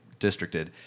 districted